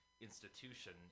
institution